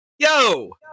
yo